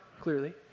clearly